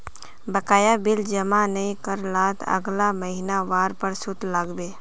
बकाया बिल जमा नइ कर लात अगला महिना वहार पर सूद लाग बे